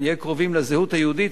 נהיה קרובים לזהות היהודית,